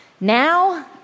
Now